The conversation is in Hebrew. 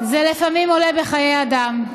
זה לפעמים עולה בחיי אדם.